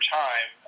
time